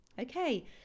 Okay